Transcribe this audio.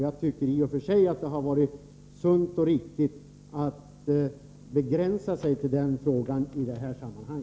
I och för sig har det varit sunt och riktigt att begränsa sig till den frågan i det här sammanhanget.